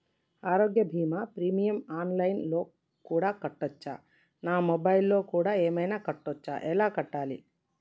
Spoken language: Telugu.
ఆరోగ్య బీమా ప్రీమియం ఆన్ లైన్ లో కూడా కట్టచ్చా? నా మొబైల్లో కూడా ఏమైనా కట్టొచ్చా? ఎలా కట్టాలి?